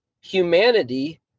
humanity